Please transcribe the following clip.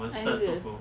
are you serious